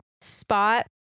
spot